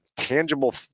tangible